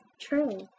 true